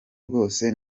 rwose